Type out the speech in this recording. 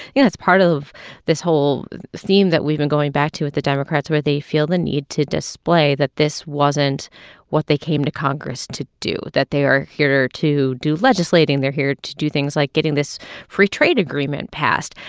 yeah it's part of this whole theme that we've been going back to with the democrats where they feel the need to display that this wasn't what they came to congress to do, that they are here to do legislating. they're here to do things like getting this free trade agreement passed.